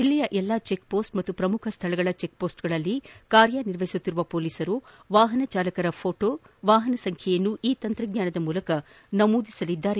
ಜಿಲ್ಲೆಯ ಎಲ್ಲ check post ಹಾಗೂ ಪ್ರಮುಖ ಸ್ಥಳಗಳ ಚೆಕ್ ಪೋಸ್ಟ್ ಗಳಲ್ಲಿ ಕಾರ್ಯನಿರ್ವಹಿಸುತ್ತಿರುವ ಪೊಲೀಸರು ವಾಹನ ಚಾಲಕರ ಪೋಟೋ ವಾಹನ ಸಂಖ್ಯೆಯನ್ನು ಈ ತಂತ್ರಜ್ಞಾನದ ಮೂಲಕ ನಮೂದಿಸಲಿದ್ದಾರೆ